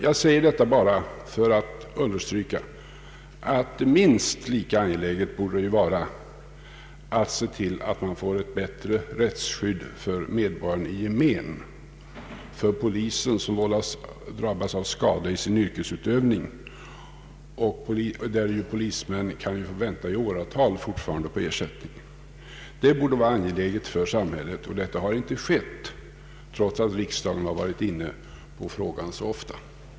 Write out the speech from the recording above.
Jag säger detta bara för att understryka att det borde vara minst lika angeläget att se till att man får ett bättre rättsskydd för medborgarna i gemen och för poliser som drabbas av skada i sin yrkesutövning. Polismän kan fortfarande få vänta i åratal på ersättning. Det borde vara angeläget för samhället att tillse att den frågan löses. Så har inte skett trots att riksdagen varit inne på frågan så ofta.